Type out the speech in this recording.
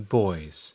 boys